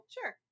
Sure